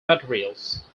materials